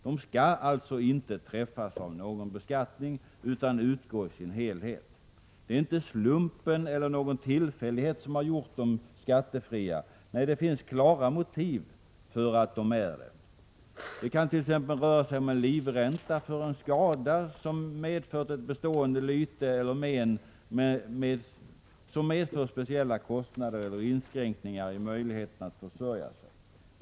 De skall alltså inte träffas av någon beskattning utan utgå i sin helhet. Det är inte slumpen eller någon tillfällighet som har gjort dem skattefria. Nej, det finns klara motiv för att dessa försäkringsersättningar har gjorts skattefria. Det kan t.ex. röra sig om en livränta för en skada som medfört ett bestående lyte eller men, som medför speciella kostnader eller inskränkningar i möjligheten att försörja sig.